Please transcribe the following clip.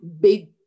big